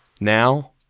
Now